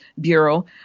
Bureau